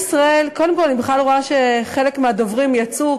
בכלל רואה שחלק מהדוברים יצאו.